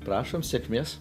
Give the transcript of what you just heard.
prašom sėkmės